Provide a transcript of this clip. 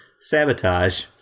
sabotage